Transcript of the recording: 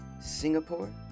Singapore